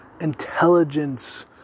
intelligence